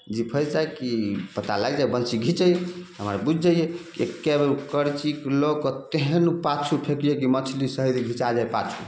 जी फसि जाइ कि पता लागि जाइ कि बनसी खींचै हम आर बुझि जाइए कि एके बेर ओ करची लऽ कऽ तेहन पाछु फेकियै कि मछली सहित घिचा जाइत पाछु